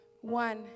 one